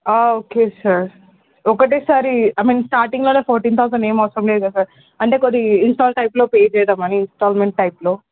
okay sir ఒకేసారి I mean starting లో fourteen thousand ఏమి అవసరం లేదు కదా సార్ అంటే కొద్దిగా ఇన్స్టాల్ టైప్లో పే చేద్దామని ఇన్స్టాల్మెంట్ టైప్లో